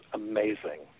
amazing